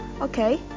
Okay